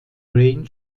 range